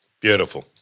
Beautiful